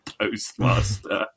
postmaster